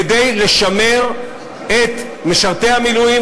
כדי לשמר את משרתי המילואים,